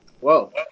Whoa